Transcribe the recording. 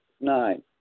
Nine